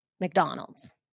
McDonald's